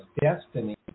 destiny